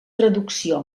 traducció